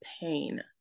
pain